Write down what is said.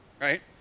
right